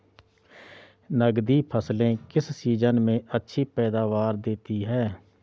नकदी फसलें किस सीजन में अच्छी पैदावार देतीं हैं?